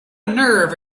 nerve